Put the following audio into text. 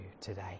today